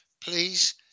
please